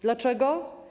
Dlaczego?